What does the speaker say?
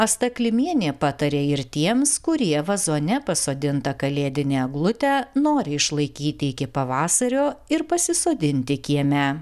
asta klimienė patarė ir tiems kurie vazone pasodintą kalėdinę eglutę nori išlaikyti iki pavasario ir pasisodinti kieme